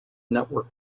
network